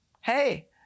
Hey